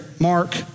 Mark